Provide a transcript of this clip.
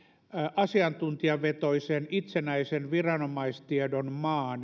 asiantuntijavetoisen itsenäisen viranomaistiedon maa